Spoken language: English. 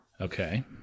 Okay